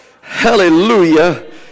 hallelujah